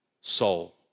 soul